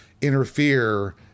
interfere